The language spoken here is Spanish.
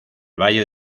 valle